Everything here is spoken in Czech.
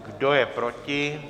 Kdo je proti?